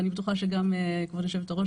ואני בטוחה שגם כבוד יושבת הראש,